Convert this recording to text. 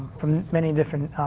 many different